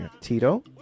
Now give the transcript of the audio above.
Tito